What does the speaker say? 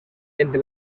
entre